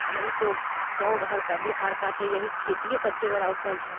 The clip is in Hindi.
यही तो गाँव घर का बिहार का तो यही खेती ही सबसे बड़ा उपज है